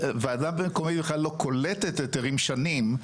ועדה מקומית בכלל לא קולטת היתרים שנים.